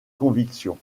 convictions